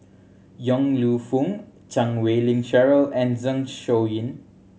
Yong Lew Foong Chan Wei Ling Cheryl and Zeng Shouyin